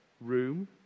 room